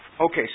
Okay